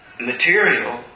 material